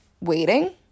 waiting